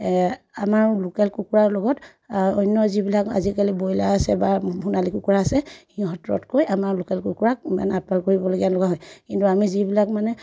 আমাৰ লোকেল কুকুৰাৰ লগত অন্য যিবিলাক আজিকালি ব্ৰইলাৰ আছে বা সোনালী কুকুৰা আছে সিহঁততকৈ আমাৰ লোকেল কুকুৰাক মানে আপতাল কৰিবলগীয়া নহয় কিন্তু আমি যিবিলাক মানে